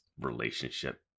relationship